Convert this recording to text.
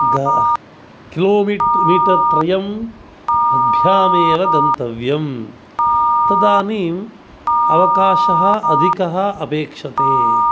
ग किलोमीट् मीटर् त्रयं पद्भ्यामेव गन्तव्यम् तदानीम् अवकाशः अधिकः अपेक्षते